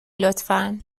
لطفا